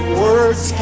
words